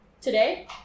Today